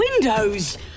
windows